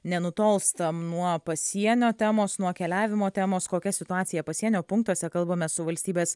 nenutolstam nuo pasienio temos nuo keliavimo temos kokia situacija pasienio punktuose kalbame su valstybės